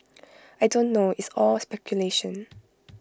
I don't know it's all speculation